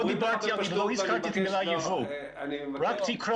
לא הזכרתי את המילה "ייבוא" רק תקרה.